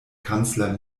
kanzler